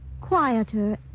quieter